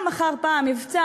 יש כל מיני